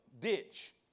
Ditch